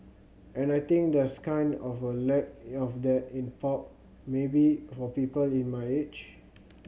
and I think there's kind of a lack of that in pop maybe for people in my age